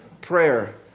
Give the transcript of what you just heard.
prayer